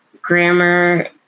grammar